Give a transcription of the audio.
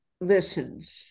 listens